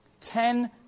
Ten